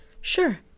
sure